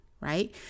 right